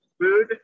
Food